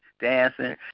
dancing